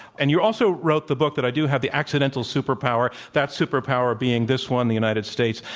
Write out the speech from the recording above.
and you also wrote the book that i do have the accidental super power, that super power being this one, the united states.